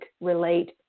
relate